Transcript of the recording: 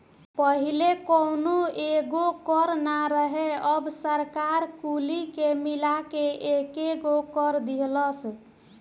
पहिले कौनो एगो कर ना रहे अब सरकार कुली के मिला के एकेगो कर दीहलस